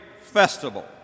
festival